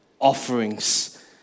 offerings